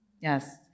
Yes